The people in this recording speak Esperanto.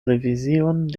revizion